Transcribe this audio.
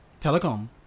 Telecom